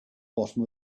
bottom